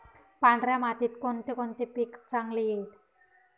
पांढऱ्या मातीत कोणकोणते पीक चांगले येईल?